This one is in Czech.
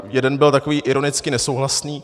Jeden byl takový ironicky nesouhlasný.